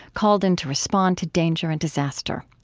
called in to respond to danger and disaster.